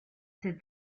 said